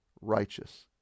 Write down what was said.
righteous